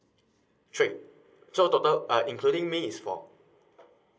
three so total uh including me is four